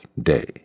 day